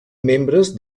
membres